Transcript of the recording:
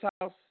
house